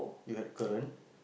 you had Karin